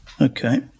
Okay